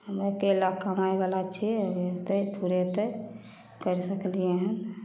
हम अकेला कमाइवला छिए हेतै फुरेतै करि सकलिए हँ